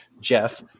Jeff